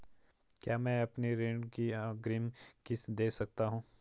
क्या मैं अपनी ऋण की अग्रिम किश्त दें सकता हूँ?